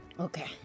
Okay